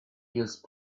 use